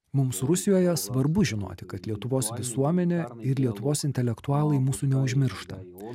mums rusijoje svarbu žinoti kad lietuvos visuomenė ir lietuvos intelektualai mūsų neužmiršta